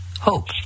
hope